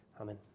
Amen